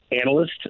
analyst